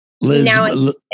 Liz